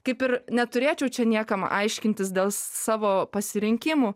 kaip ir neturėčiau čia niekam aiškintis dėl savo pasirinkimų